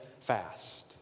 fast